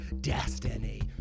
destiny